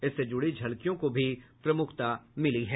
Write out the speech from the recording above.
इससे जुड़ी झलकियों को भी प्रमुखता मिली है